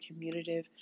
commutative